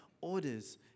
orders